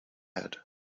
had